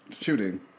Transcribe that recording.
shooting